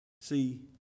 See